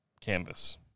canvas